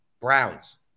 Browns